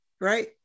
right